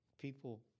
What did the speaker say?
people